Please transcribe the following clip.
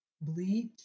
bleach